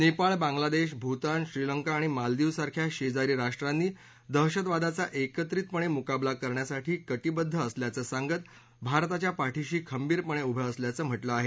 नेपाळ बांग्लादेश भूतान श्रीलंका आणि मालदीव सारख्या शेजारी राष्ट्रांनी दहशतवादाचा एकत्रिपणे मुकाबला करण्यासाठी कटिबद्ध असल्याचं सांगत भारताच्या पाठीशी खंबीरपणे उभे असल्याचं म्हटलं आहे